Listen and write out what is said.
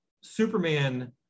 Superman